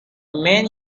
man